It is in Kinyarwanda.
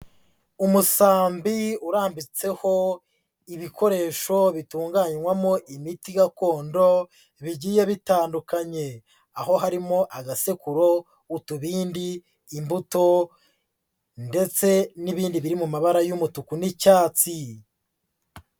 Umusambi urambitseho ibikoresho bitunganywamo imiti gakondo bigiye bitandukanye, aho harimo agasekuru, utubindi, imbuto ndetse n'ibindi biri mu mabara y'umutuku n'icyatsi.